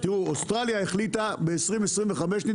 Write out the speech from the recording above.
אוסטרליה החליטה ב-2025 לא